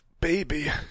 baby